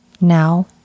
now